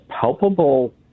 palpable